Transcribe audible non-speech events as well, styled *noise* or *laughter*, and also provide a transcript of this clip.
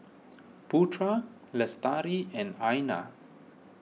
*noise* Putra Lestari and *unintelligible*